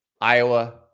Iowa